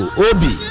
obi